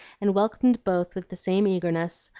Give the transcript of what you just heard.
and welcomed both with the same eagerness,